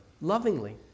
Lovingly